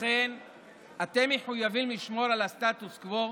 לכן אתם מחויבים לשמור על הסטטוס קוו,